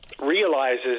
realizes